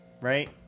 Right